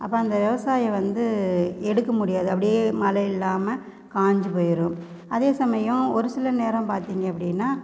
அப்போ அந்த விவசாயம் வந்து எடுக்க முடியாது அப்படியே மழை இல்லாமல் காஞ்சி போய்ரும் அதே சமயம் ஒரு சில நேரம் பார்த்திங்க அப்படின்னா